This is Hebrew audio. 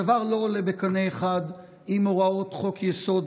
הדבר לא עולה בקנה אחד עם הוראות חוק-יסוד: